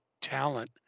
talent